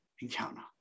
encounter